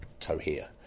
cohere